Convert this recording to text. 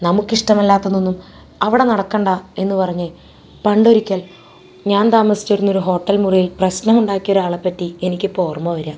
നമുക്ക് ഇഷ്ടമല്ലാത്തതൊന്നും അവിടെ നടക്കണ്ട എന്നു പറഞ്ഞ് പണ്ടൊരിക്കൽ ഞാൻ താമസിച്ചിരുന്നൊരു ഹോട്ടല് മുറിയിൽ പ്രശ്നം ഉണ്ടാക്കിയ ഒരാളെപ്പറ്റി എനിക്ക് ഇപ്പോൾ ഓർമ്മ വരിക